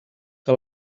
que